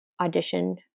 audition